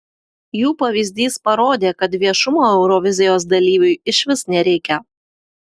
jų pavyzdys parodė kad viešumo eurovizijos dalyviui išvis nereikia